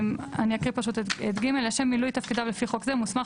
אני אקריא את (ג): "לשם ביצוע מילוי תפקידיו לפי חוק זה מוסמך